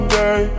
day